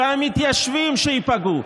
ושהמתיישבים ייפגעו,